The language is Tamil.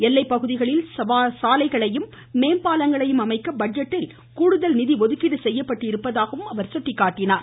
எல்லைப்பகுதிகளில் சாலைகளையும் மேம்பாலங்களையம் அமைக்க பட்ஜெட்டில் கூடுதல் நிதி ஒதுக்கீடு செய்யப்பட்டிருப்பதாக குறிப்பிட்டார்